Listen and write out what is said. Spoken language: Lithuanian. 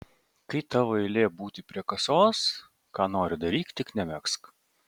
kai tavo eilė būti prie kasos ką nori daryk tik nemegzk